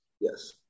Yes